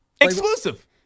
Exclusive